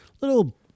little